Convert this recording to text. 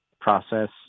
process